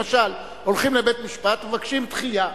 למשל, הולכים לבית-משפט, מבקשים דחייה,